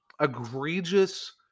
egregious